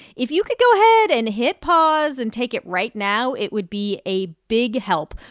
if you could go ahead and hit pause and take it right now, it would be a big help.